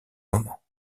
moment